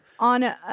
on